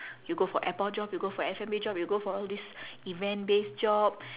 you go for airport job you go for F&B job you go for all these event based job